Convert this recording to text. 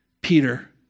Peter